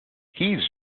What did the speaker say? he’s